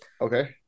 Okay